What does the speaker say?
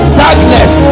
darkness